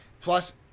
plus